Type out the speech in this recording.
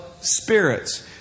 spirits